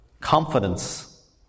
confidence